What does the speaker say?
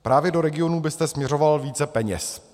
Právě do regionů byste směřoval více peněz?